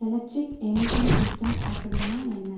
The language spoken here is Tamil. எலெக்ட்ரிக் எமிஷன் சிஸ்டம் அப்படின்னா என்ன